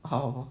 oh